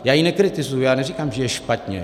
Já ji nekritizuji, já neříkám, že je špatně.